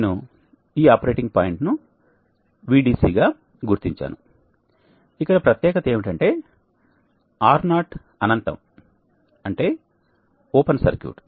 నేను ఈ ఆపరేటింగ్ పాయింట్ను Vdc గా గుర్తించాను ఇక్కడ ప్రత్యేకత ఏమిటంటే R0 అనంతం అంటే ఓపెన్ సర్క్యూట్